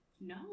No